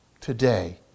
Today